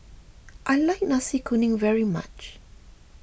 I like Nasi Kuning very much